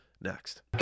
next